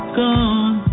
gone